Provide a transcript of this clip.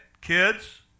kids